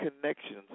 connections